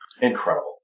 Incredible